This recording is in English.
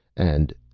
and.